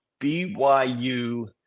BYU